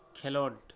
ᱠᱷᱮᱞᱳᱰ